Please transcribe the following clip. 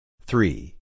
three